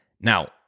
Now